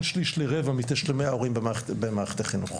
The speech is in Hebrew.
שליש לרבע מתשלומי ההורים במערכת החינוך.